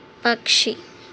పక్షి